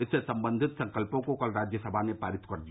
इससे संबंधित संकल्पों को कल राज्यसभा ने पारित कर दिया